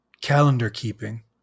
calendar-keeping